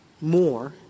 more